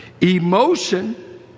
Emotion